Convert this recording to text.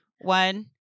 One